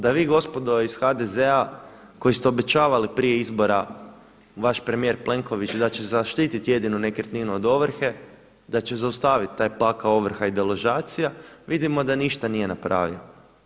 Da vi gospodo iz HDZ-a koji ste obećavali prije izbora, vaš premijer Plenković da će zaštiti jedinu nekretninu od ovrhe, da će zaustaviti taj pakao ovrha i deložacija, vidimo da ništa nije napravio.